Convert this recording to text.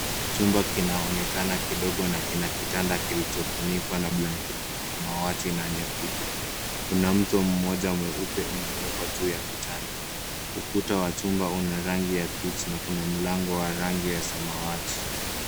Chumba kinaonekana kidogo na kina kitanda kilichofunikwa na blanketi ya samawati na nyeupe. Kuna mto mmoja mweupe umewekwa juu ya kitanda. Ukuta wa nyumba kuna rangi ya (cs)peach(cs) na kuna mlango wa rangi ya samawati.